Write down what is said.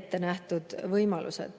ettenähtud võimalused.